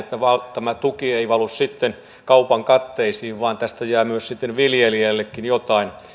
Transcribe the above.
että tämä tuki ei valu sitten kaupan katteisiin vaan tästä jää sitten viljelijällekin jotain